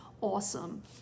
awesome